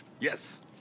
yes